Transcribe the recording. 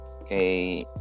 Okay